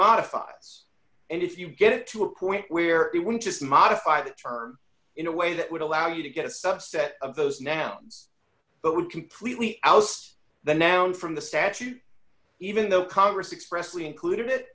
modifies and if you get to a point where it would just modify the term in a way that would allow you to get a subset of those nouns but would completely oust the noun from the statute even though congress expressly includ